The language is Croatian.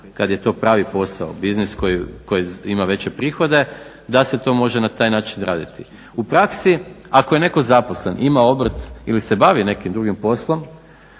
kad je to pravi posao, biznis koji ima veće prihode, da se to može na taj način raditi. U praksi ako je netko zaposlen, ima obrt ili se bavi nekim drugim poslom,